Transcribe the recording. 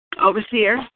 Overseer